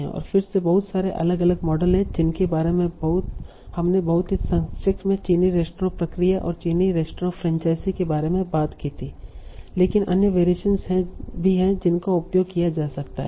और फिर से बहुत सारे अलग अलग मॉडल हैं जिनके बारे में हमने बहुत ही संक्षेप में चीनी रेस्तरां प्रक्रिया और चीनी रेस्तरां फ्रैंचाइज़ी के बारे में बात की थी लेकिन अन्य वेरिएशनस भी हैं जिनका उपयोग किया जा सकता है